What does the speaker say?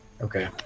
Okay